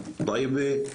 טייבה,